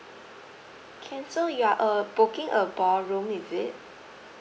can so you are uh booking a ballroom is it